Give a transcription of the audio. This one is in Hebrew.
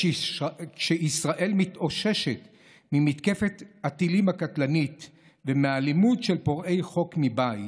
כשישראל מתאוששת ממתקפת טילים קטלנית ומאלימות של פורעי חוק מבית,